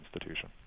institution